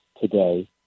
today